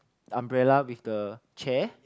umbrella with the chair